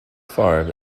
farm